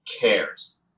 cares